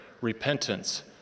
repentance